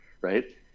right